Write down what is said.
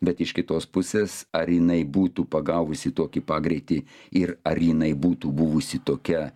bet iš kitos pusės ar jinai būtų pagavusi tokį pagreitį ir ar jinai būtų buvusi tokia